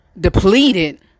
depleted